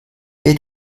wer